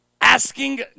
Asking